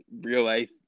real-life